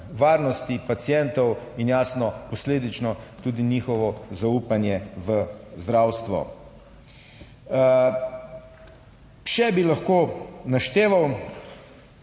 pacientov in jasno posledično tudi njihovo zaupanje v zdravstvo. Še bi lahko našteval.